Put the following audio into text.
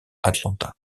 atlanta